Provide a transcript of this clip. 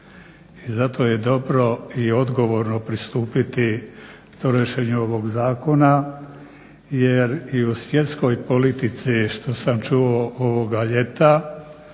zato je dobro i odgovorno pristupiti tom rješenju ovog zakona jer i u svjetskoj politici što sam čuo ovoga ljeta